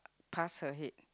pass her head